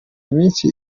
iminsi